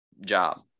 job